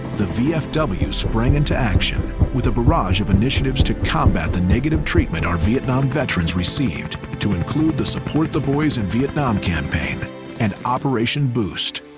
the vfw sprang into action with a barrage of initiatives to combat the negative treatment our vietnam veterans received, to include the support the boys in vietnam campaign and operation boost,